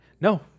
No